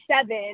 seven